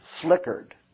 flickered